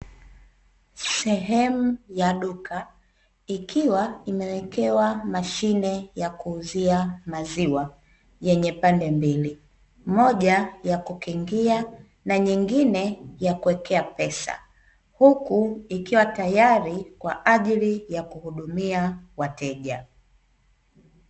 Sehemu ya duka, ikiwa imewekewa mashine ya kuuzia maziwa, yenye pande mbili, moja yakukingia na nyingine yakuwekea pesa. Huku ikiwa tayari kwa ajili ya kuhudumia wateja.